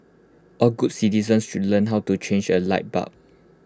all good citizens should learn how to change A light bulb